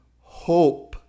hope